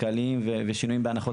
גם שינויים כלכליים ושינויים בהנחות